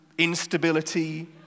instability